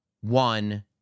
One